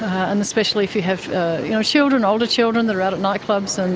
ah and especially if you have you know children, older children, that are out at nightclubs, and